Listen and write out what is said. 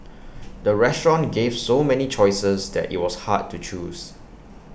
the restaurant gave so many choices that IT was hard to choose